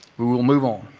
we will move on.